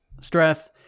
stress